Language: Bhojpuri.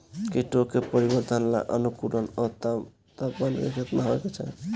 कीटो के परिवरर्धन ला अनुकूलतम तापमान केतना होए के चाही?